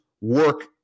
work